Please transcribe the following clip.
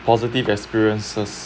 positive experiences